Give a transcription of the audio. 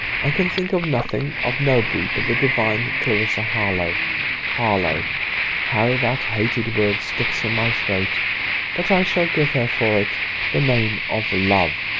i can think of nothing, of nobody, but the divine clarissa harlowe harlowe how that hated word sticks in my throat but i shall give her for it the name of love.